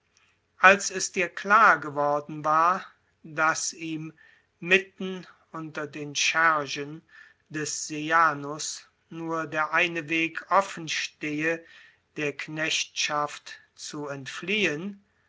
als es dir klar geworden war daß ihm mitten unter den schergel des sejanus nur der eine weg offen stehe der knechtschaft zu entfliehen